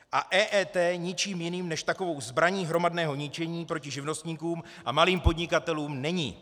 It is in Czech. A EET ničím jiným než takovou zbraní hromadného ničení proti živnostníkům a malým podnikatelům není.